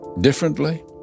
differently